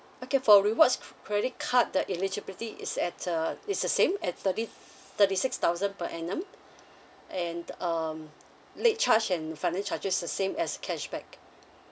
okay for rewards c~ credit card the eligibility is at uh is the same at thirty thirty six thousand per annum and um late charge and finance charges is the same as cashback